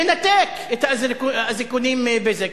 לנתק את האזיקונים מ"בזק",